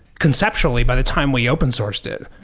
conceptually by the time we open sourced it.